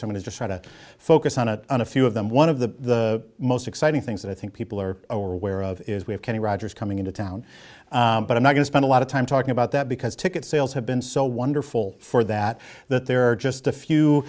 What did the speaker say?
is just try to focus on a few of them one of the most exciting things that i think people are aware of is we have kenny rogers coming into town but i'm not going to spend a lot of time talking about that because ticket sales have been so wonderful for that that there are just a few